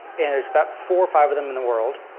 and there's about four or five of them in the world,